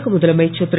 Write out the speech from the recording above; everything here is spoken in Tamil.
தமிழக முதலமைச்சர் திரு